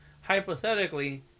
Hypothetically